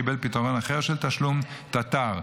קיבל פתרון אחר של תשלום תט"ר,